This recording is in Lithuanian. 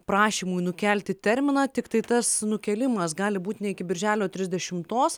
prašymui nukelti terminą tiktai tas nukėlimas gali būt ne iki birželio trisdešimtos